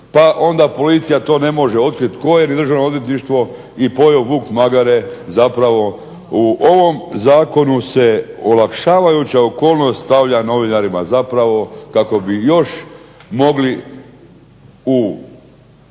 pa onda policija to ne može otkriti tko je, ni Državno odvjetništvo, i pojeo vuk magare. Zapravo u ovom zakonu se olakšavajuća okolnost stavlja novinarima zapravo kako bi još mogli u